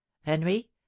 henry